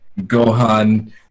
gohan